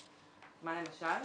מה למשל?